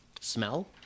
smell